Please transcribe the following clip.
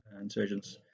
insurgents